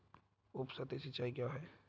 उपसतही सिंचाई क्या है?